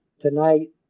tonight